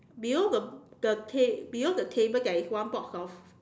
below the the ta~ below the table there is one box of